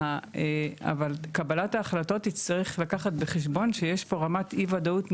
אבל קבלת ההחלטות תצטרך לקחת בחשבון שיש פה רמת אי וודאות מובנית,